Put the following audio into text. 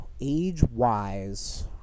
age-wise